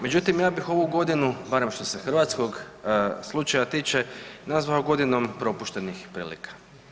Međutim, ja bih ovu godinu barem što se hrvatskog slučaja tiče nazvao godinom propuštenih prilika.